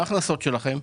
מה ההכנסות שלכם?